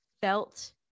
felt